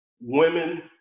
Women